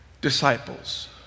disciples